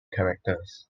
characters